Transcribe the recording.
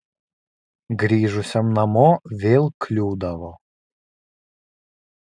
grįžusiam namo vėl kliūdavo